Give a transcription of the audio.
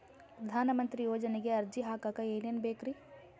ಪ್ರಧಾನಮಂತ್ರಿ ಯೋಜನೆಗೆ ಅರ್ಜಿ ಹಾಕಕ್ ಏನೇನ್ ಬೇಕ್ರಿ?